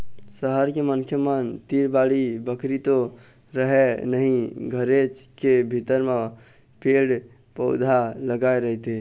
सहर के मनखे मन तीर बाड़ी बखरी तो रहय नहिं घरेच के भीतर म पेड़ पउधा लगाय रहिथे